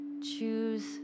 choose